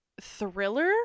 thriller